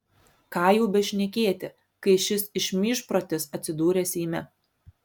ką jau bešnekėti kai šis išmyžprotis atsidūrė seime